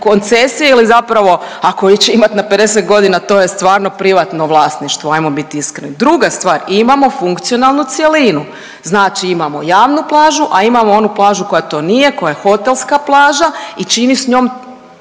koncesije ili zapravo ako već imate na 50.g. to je stvarno privatno vlasništvo ajmo bit iskreni. Druga stvar, i imamo funkcionalnu cjelinu, znači imamo javnu plažu, a imamo onu plažu koja to nije, koja je hotelska plaža i čini s njom